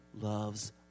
loves